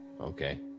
Okay